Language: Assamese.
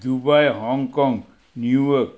Dubai Hong Kong New York